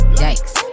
yikes